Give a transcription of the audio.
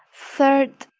third,